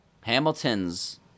Hamilton's